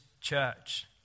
church